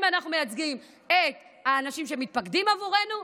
אנחנו מייצגים את האנשים שמתפקדים עבורנו,